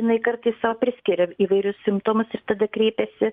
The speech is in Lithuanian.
jinai kartais sau priskiria įvairius simptomus ir tada kreipiasi